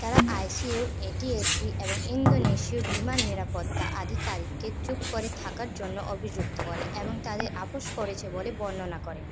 তারা I C A O A T S B এবং ইন্দোনেশীয় বিমান নিরাপত্তা আধিকারিককে চুপ করে থাকার জন্য অভিযুক্ত করে এবং তাদের আপোশ করেছে বলে বর্ণনা করে